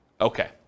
Okay